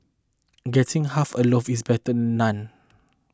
getting half a loaf is better none